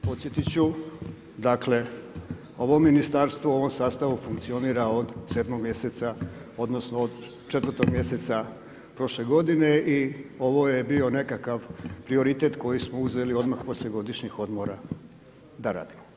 Podsjetit ću, ovo ministarstvo u ovom sastavu funkcionira od 7. mjeseca odnosno od 4. mjeseca prošle godine i ovo je bio nekakav prioritet koji smo uzeli odmah poslije godišnjeg odmora da radimo.